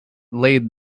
laid